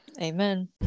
amen